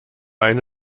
eine